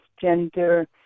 gender